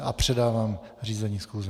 A předávám řízení schůze.